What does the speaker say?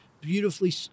Beautifully